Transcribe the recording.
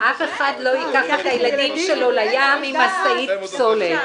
אף אחד לא ייקח את הילדים שלו לים עם משאית פסולת.